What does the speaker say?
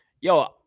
Yo